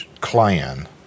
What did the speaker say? clan